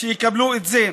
שיקבלו את זה,